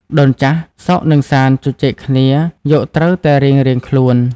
ដូនចាស់ សុខ និងសាន្ត ជជែកគ្នាយកត្រូវតែរៀងៗខ្លួន។